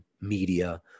Media